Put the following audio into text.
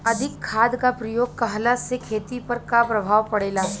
अधिक खाद क प्रयोग कहला से खेती पर का प्रभाव पड़ेला?